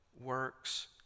works